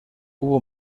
hubo